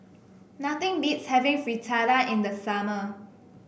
nothing beats having Fritada in the summer